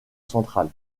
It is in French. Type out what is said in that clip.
centrale